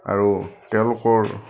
আৰু তেওঁলোকৰ